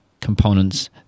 components